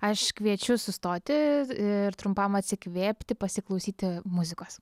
aš kviečiu sustoti ir trumpam atsikvėpti pasiklausyti muzikos